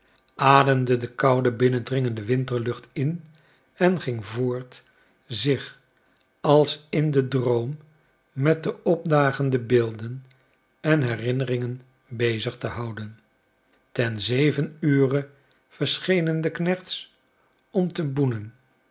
ademde de koude binnendringende winterlucht in en ging voort zich als in den droom met de opdagende beelden en herinneringen bezig te houden ten zeven ure verschenen de knechts om te boenen